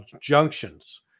junctions